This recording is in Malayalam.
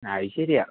അത് ശെരിയാ